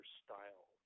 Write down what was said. style